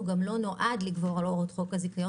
גם לא נועד לגבור על הוראות חוק הזיכיון